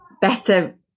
better